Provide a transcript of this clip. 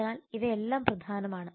അതിനാൽ ഇവയെല്ലാം പ്രധാനമാണ്